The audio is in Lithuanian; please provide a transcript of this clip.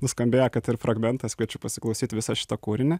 nuskambėjo kad ir fragmentas kviečiu pasiklausyt visą šitą kūrinį